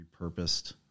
repurposed